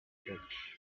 church